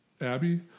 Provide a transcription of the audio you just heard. Abby